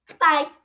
Bye